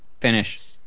Finish